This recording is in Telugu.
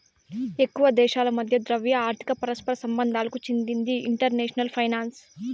ఎక్కువ దేశాల మధ్య ద్రవ్య, ఆర్థిక పరస్పర సంబంధాలకు చెందిందే ఇంటర్నేషనల్ ఫైనాన్సు